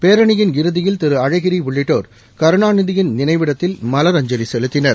பேரணியின் இறுதியில் திரு அழகிரி உள்ளிட்டோர் கருணாநிதியின் நினைவிடத்தில் மலரஞ்சலி செலுத்தினர்